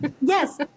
Yes